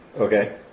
Okay